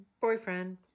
boyfriend